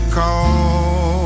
call